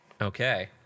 Okay